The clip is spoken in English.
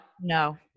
no